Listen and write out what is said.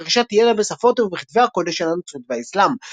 תוך רכישת ידע בשפות ובכתבי הקודש של הנצרות והאסלאם.